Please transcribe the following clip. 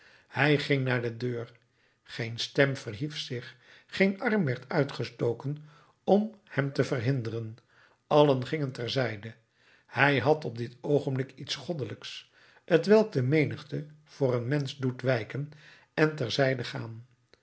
hij ging naar de deur geen stem verhief zich geen arm werd uitgestoken om hem te verhinderen allen gingen ter zijde hij had op dit oogenblik iets goddelijks t welk de menigte voor een mensch doet wijken en ter zijde gaan